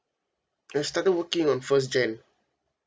I started working on first jan